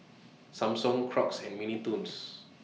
Samsung Crocs and Mini Toons